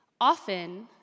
often